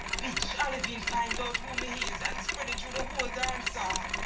bitch olivine find out who me is and spread it through the whole dancehall.